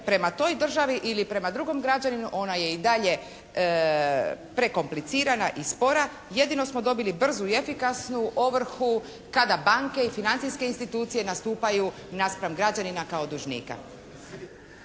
prema toj državi ili prema drugom građaninu ona je i dalje prekomplicirana i spora. Jedino smo dobili brzu i efikasnu ovrhu kada banke i financijske institucije nastupaju naspram građanina kao dužnika.